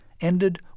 ended